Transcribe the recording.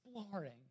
exploring